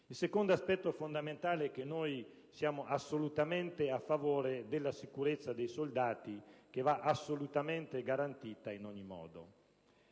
Il secondo aspetto fondamentale è che noi siamo assolutamente a favore della sicurezza dei soldati, che va garantita in ogni modo.